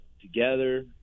together